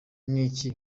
n’iki